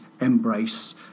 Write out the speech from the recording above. EMBRACE